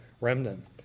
remnant